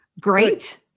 Great